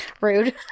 rude